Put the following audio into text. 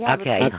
Okay